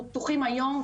אנחנו פתוחים היום,